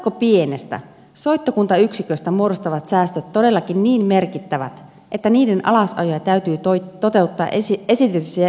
ovatko pienestä soittokuntayksiköstä muodostuvat säästöt todellakin niin merkittävät että niiden alasajoja täytyy toteuttaa esitetyssä laajuudessa